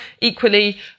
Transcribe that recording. equally